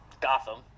Gotham